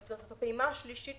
זו הפעימה השלישית